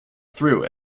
through